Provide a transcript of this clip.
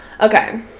Okay